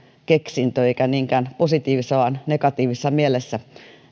keksintö eikä niinkään positiivisessa vaan negatiivisessa mielessä